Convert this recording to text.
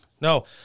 No